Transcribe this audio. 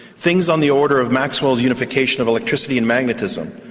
things on the order of maxwell's unification of electricity and magnetism,